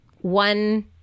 one